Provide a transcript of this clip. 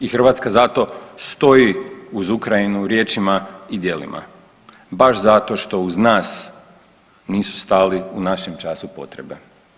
I Hrvatska zato stoji uz Ukrajinu riječima i djelima baš zato što uz nas nisu stali u našem času potrebe.